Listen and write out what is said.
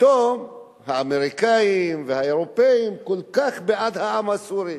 פתאום האמריקנים והאירופים כל כך בעד העם הסורי,